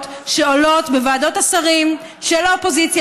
שעולות בוועדות השרים של האופוזיציה.